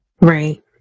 Right